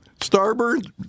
starboard